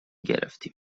گرفتیم